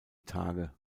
tage